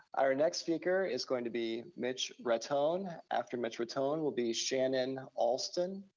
our next speaker is going to be mitch raton. after mitch raton will be shannon alston.